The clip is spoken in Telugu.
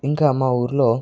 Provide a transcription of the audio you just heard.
ఇంకా మా ఊరిలో